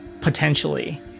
potentially